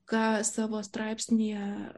ką savo straipsnyje